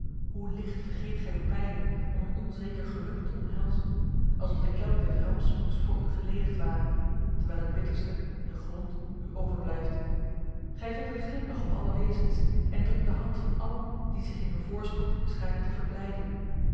hoe licht vergeet gij uw pijnen om een onzeker geluk te omhelzen alsof de kelk des rampspoeds voor u geledigd ware terwijl het bitterste de grond u overblijft gij vindt een glimlach op alle wezens en drukt de hand van allen die zich in uw voorspoed schijnen te verblijden